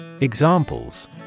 Examples